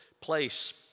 place